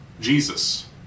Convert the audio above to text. Jesus